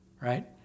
Right